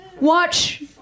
watch